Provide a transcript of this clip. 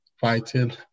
fighting